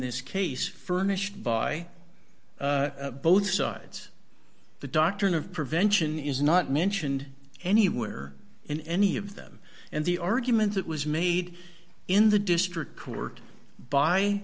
this case furnished by both sides the doctrine of prevention is not mentioned anywhere in any of them and the argument that was made in the district court by